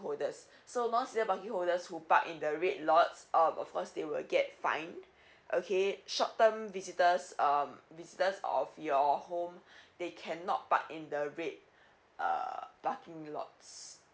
holders so non resident parking holders who park in the red lots um of course they will get fined okay short term visitors um visitors of your home they cannot park in the red uh parking lots